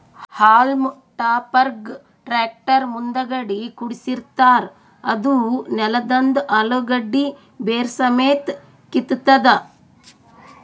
haulm ಟಾಪರ್ಗ್ tractor ಮುಂದಗಡಿ ಕುಡ್ಸಿರತಾರ್ ಅದೂ ನೆಲದಂದ್ ಅಲುಗಡ್ಡಿ ಬೇರ್ ಸಮೇತ್ ಕಿತ್ತತದ್